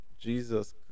jesus